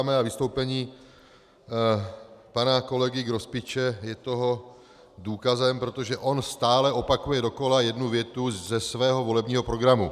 A vystoupení pana kolegy Grospiče je toho důkazem, protože on stále opakuje dokola jednu větu ze svého volebního programu.